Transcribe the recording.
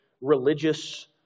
religious